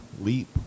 Leap